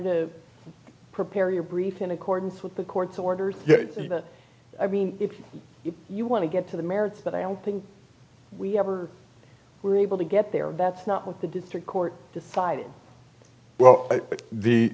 to prepare your brief in accordance with the court's orders yeah i mean if you want to get to the merits but i don't think we ever were able to get there that's not what the district court defied well but the